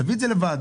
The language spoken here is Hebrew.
תביא את זה לוועדה,